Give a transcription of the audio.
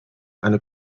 eine